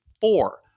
four